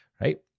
right